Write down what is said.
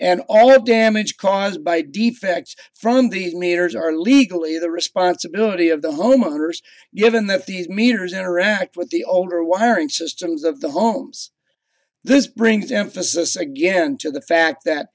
and all of damage caused by defects from the meters are legally the responsibility of the homeowners given that these meters interact with the owner wiring systems of the homes this brings emphasis again to the fact that